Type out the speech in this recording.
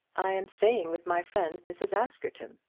i am staying with my friend, mrs. askerton.